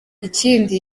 ikindi